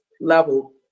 level